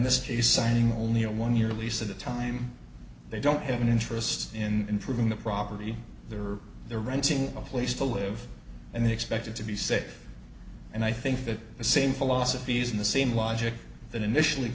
this case signing only a one year lease at the time they don't have an interest in proving the property there or they're renting a place to live and they expect it to be said and i think that the same philosophies in the same logic that initially